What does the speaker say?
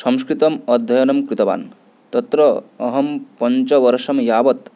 संस्कृतम् अध्ययनं कृतवान् तत्र अहं पञ्चवर्षं यावत्